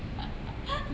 你